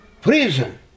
prison